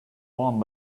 one